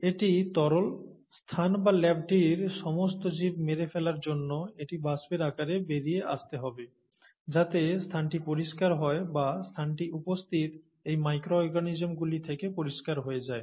এটি তরল স্থান বা ল্যাবটির সমস্ত জীব মেরে ফেলার জন্য এটি বাষ্পের আকারে বেরিয়ে আসতে হবে যাতে স্থানটি পরিষ্কার হয় বা স্থানটি উপস্থিত এই মাইক্রো অর্গানিজমগুলি থেকে পরিষ্কার হয়ে যায়